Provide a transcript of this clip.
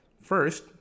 First